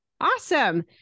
Awesome